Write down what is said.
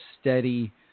steady